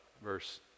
verse